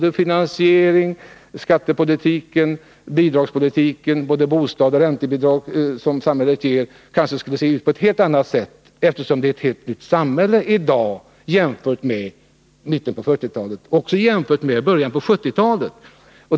Såväl finansieringen som skattepolitiken och bidragspolitiken med de bostadsoch räntebidrag som samhället ger skulle kanske se ut på ett helt annat sätt, eftersom vi har ett helt nytt samhälle i dag jämfört med det vi hade i mitten av 1940-talet men också jämfört med det vi hade i början av 1970-talet.